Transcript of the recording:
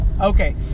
Okay